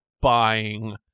buying